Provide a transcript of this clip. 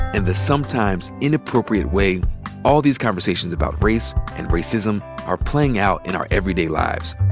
and the sometimes inappropriate way all these conversations about race and racism are playing out in our everyday lives.